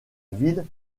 ville